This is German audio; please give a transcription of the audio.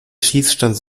schießstand